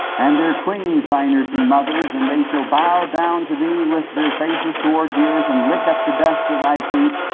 and their queens thy nursing mothers and they shall bow down to thee with their faces towards the earth, and lick up the dust of thy feet.